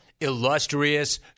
illustrious